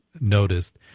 noticed